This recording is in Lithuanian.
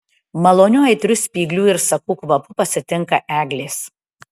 maloniu aitriu spyglių ir sakų kvapu pasitinka eglės